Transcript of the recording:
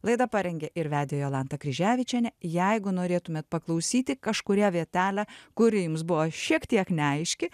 laidą parengė ir vedė jolanta kryževičienė jeigu norėtumėte paklausyti kažkurią vietelę kuri jums buvo šiek tiek neaiški